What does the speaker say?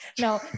No